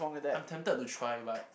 I'm tempted to try but